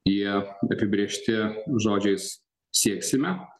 jie apibrėžti žodžiais sieksime